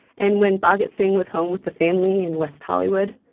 and when bhagat singh was home with the family in west hollywood,